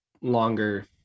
longer